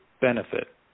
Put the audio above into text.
benefit